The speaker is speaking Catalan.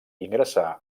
ingressà